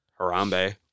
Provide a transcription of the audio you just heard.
Harambe